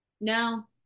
No